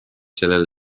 sellele